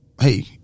hey